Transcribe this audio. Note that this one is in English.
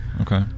okay